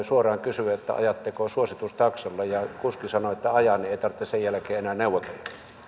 suoraan kysyä että ajatteko suositustaksalla ja jos kuski sanoo että ajan niin ei tarvitse sen jälkeen enää neuvotella